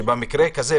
שבמקרה כזה,